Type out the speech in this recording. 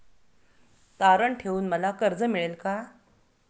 तारण ठेवून मला कर्ज मिळेल का?